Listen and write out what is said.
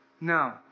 No